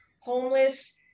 homeless